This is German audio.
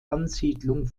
ansiedlung